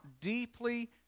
deeply